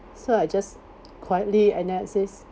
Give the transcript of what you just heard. so I just quietly and then I says